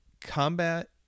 combat